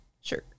Sure